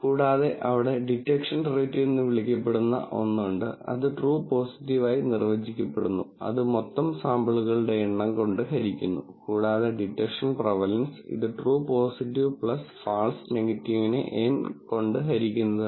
കൂടാതെ അവിടെ detection rate എന്ന് വിളിക്കപ്പെടുന്ന ഒന്ന് ഉണ്ട് അത് ട്രൂ പോസിറ്റീവ് ആയി നിർവചിക്കപ്പെടുന്നു അത് മൊത്തം സാമ്പിളുകളുടെ എണ്ണം കൊണ്ട് ഹരിക്കുന്നു കൂടാതെ ഡിറ്റക്ഷൻ പ്രെവലൻസ് ഇത് ട്രൂ പോസിറ്റീവ് ഫാൾസ് നെഗറ്റീവിനെ N കൊണ്ട് ഹരിക്കുന്നതാണ്